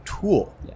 tool